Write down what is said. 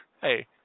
Hey